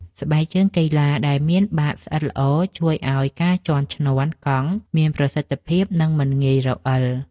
ស្បែកជើងកីឡាដែលមានបាតស្អិតល្អ ជួយឱ្យការជាន់ឈ្នាន់កង់មានប្រសិទ្ធភាព និងមិនងាយរអិល។